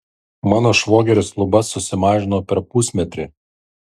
mano švogeris lubas susimažino per pusmetrį